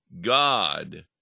God